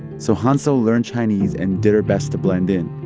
so hyeonseo learned chinese and did her best to blend in.